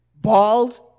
bald